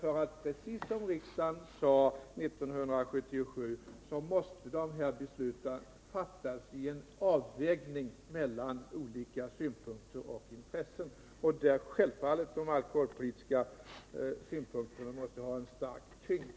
Precis som riksdagen uttalade 1977 måste besluten fattas efter en avvägning mellan olika synpunkter och intressen. Därvidlag måste självfallet de alkoholpolitiska synpunkterna väga tungt.